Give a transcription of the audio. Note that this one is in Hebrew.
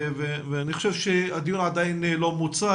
ואני חושב שהדיון עדיין לא מוצה.